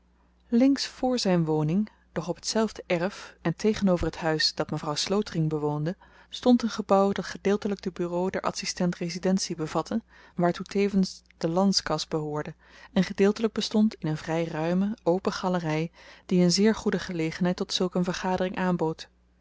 voor zyn woning doch op tzelfde erf en tegenover t huis dat mevrouw slotering bewoonde stond een gebouw dat gedeeltelyk de bureaux der adsistent residentie bevatte waartoe tevens de landskas behoorde en gedeeltelyk bestond in een vry ruime open galery die een zeer goede gelegenheid tot zulk een vergadering aanbood